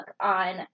on